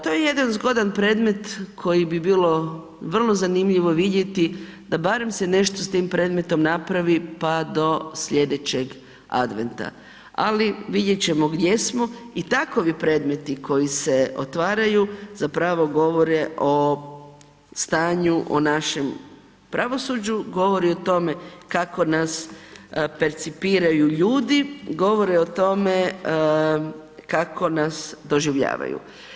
To je jedan zgodan predmet koji bi bilo vrlo zanimljivo vidjeti da barem se nešto s tim predmetom napravi, pa do slijedećeg Adventa, ali vidjet ćemo gdje smo i takovi predmeti koji se otvaraju zapravo govore o stanju, o našem pravosuđu, govori o tome kako nas percipiraju ljudi, govore o tome kako nas doživljavaju.